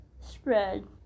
spread